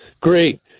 great